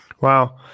Wow